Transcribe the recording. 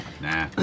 Nah